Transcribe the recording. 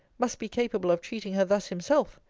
must be capable of treating her thus himself.